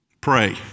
pray